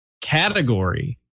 category